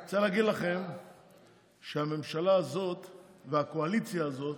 אני רוצה להגיד לכם שהממשלה הזאת והקואליציה הזאת,